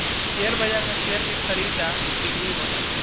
share बाजार में share के खरीदा बिक्री होला